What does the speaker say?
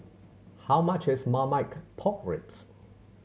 how much is Marmite Pork Ribs